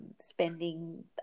spending